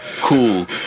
Cool